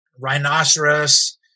rhinoceros